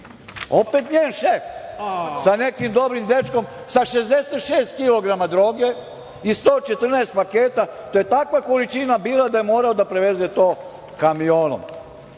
Opet njen šef, sa nekim dobrim dečkom sa 66 kilograma droge i 114 paketa, to je takva količina bila da je morao da preveze to kamionom.